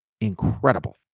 incredible